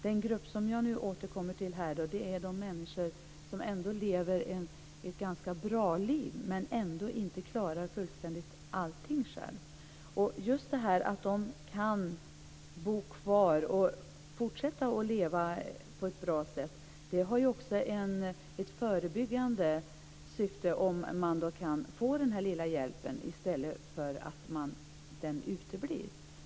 Den grupp som jag nu återkommer till är de människor som lever ett ganska bra liv men ändå inte klarar allting helt själva. Just det att de kan bo kvar och fortsätta att leva på ett bra sätt gör att det är ett förebyggande syfte med att få den här lilla hjälpen i stället för att den uteblir.